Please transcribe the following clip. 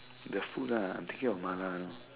the food ah I'm thinking of mala you know